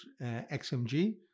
XMG